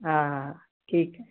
हा हा ठीकु